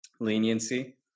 leniency